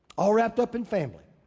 all wrapped up in family.